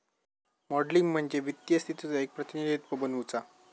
modelling म्हणजे वित्तीय स्थितीचो एक प्रतिनिधित्व बनवुचा